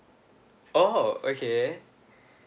oh okay